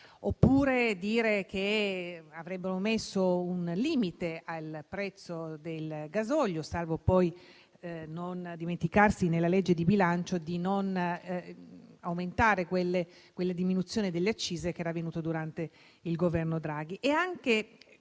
oppure dire che avreste messo un limite al prezzo del gasolio, salvo poi dimenticarsi nella legge di bilancio di non aumentare quelle diminuzioni delle accise che erano intervenute durante il Governo Draghi.